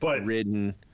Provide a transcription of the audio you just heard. ridden